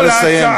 נא לסיים.